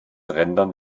rendern